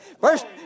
First